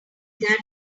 that